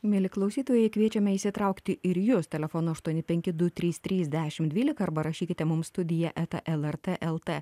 mieli klausytojai kviečiami įsitraukti ir jus telefonu aštuoni penki du trys trys dešimt dvylika arba rašykite mums studija eta lrt lt